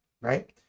right